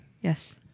Yes